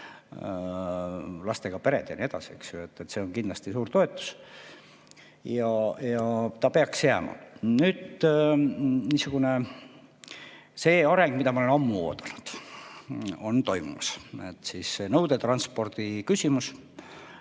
Lastega pered ja nii edasi, eks ju. Nii et see on kindlasti suur toetus ja ta peaks jääma. Nüüd, see areng, mida ma olen ammu oodanud, on toimumas. Ehk nõudetranspordi küsimus.